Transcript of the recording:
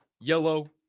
yellow